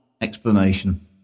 explanation